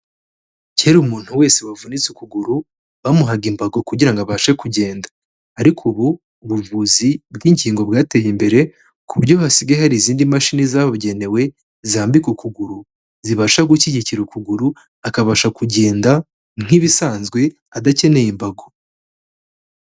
Kera umuntu wese wavunitse ukuguru bamuhaga imbago kugira ngo abashe kugenda, ariko ubu buvuzi bw'ingingo bwateye imbere, ku byo hasigaye hari izindi mashini zabugenewe zambikwa ukuguru, zibasha gushyigikira ukuguru akabasha kugenda nk'ibisanzwe adakeneye imbago.